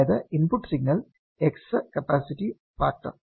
അതായതു input signal X capacitive factor